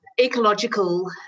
ecological